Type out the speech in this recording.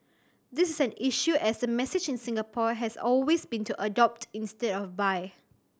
this is an issue as the message in Singapore has always been to adopt instead of buy